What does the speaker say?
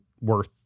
worth